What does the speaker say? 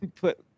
put